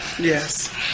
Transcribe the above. Yes